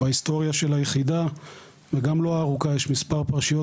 בהיסטוריה של היחידה וגם לא הארוכה יש מספר פרשיות